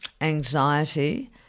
anxiety